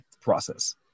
process